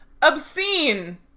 Obscene